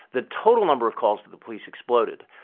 the total number of calls to the police exploded.